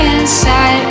inside